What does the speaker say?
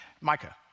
Micah